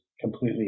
completely